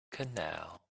canal